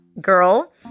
girl